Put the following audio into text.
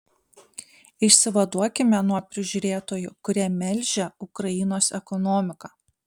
išsivaduokime nuo prižiūrėtojų kurie melžia ukrainos ekonomiką